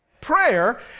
Prayer